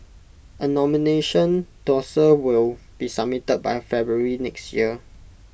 A nomination dossier will be submitted by February next year